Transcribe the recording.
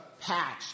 patch